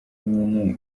nyine